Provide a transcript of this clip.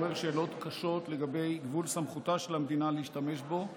מעורר שאלות קשות לגבי גבול סמכותה של המדינה להשתמש בו.